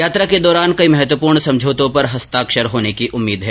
यात्रा के दौरान कई महत्वपूर्ण समझौतो पर हस्ताक्षर होने की उम्मीद है